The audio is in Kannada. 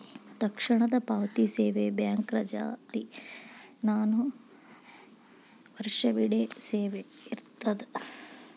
ತಕ್ಷಣದ ಪಾವತಿ ಸೇವೆ ಬ್ಯಾಂಕ್ ರಜಾದಿನಾನು ವರ್ಷವಿಡೇ ಸೇವೆ ಇರ್ತದ